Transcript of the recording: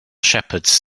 shepherds